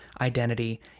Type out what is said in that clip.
identity